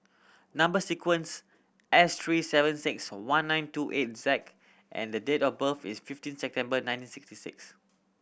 number sequence S three seven six one nine two eight Z and the date of birth is fifteen September nineteen sixty six